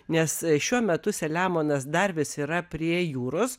nes šiuo metu selemonas dar vis yra prie jūros